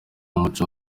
umuco